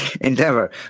endeavor